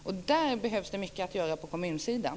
Och där behöver man göra mycket på kommunsidan.